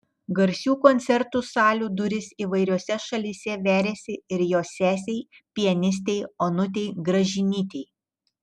garsių koncertų salių durys įvairiose šalyse veriasi ir jos sesei pianistei onutei gražinytei